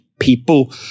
people